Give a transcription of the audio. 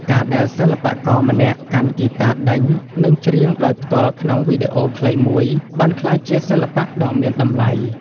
ការដែលសិល្បករម្នាក់កាន់ហ្គីតាដេញ និងច្រៀងដោយផ្ទាល់ក្នុងវីដេអូខ្លីមួយ បានក្លាយជាសិល្បៈដ៏មានតម្លៃ។